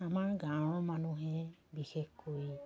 আমাৰ গাঁৱৰ মানুহে বিশেষকৈ